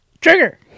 trigger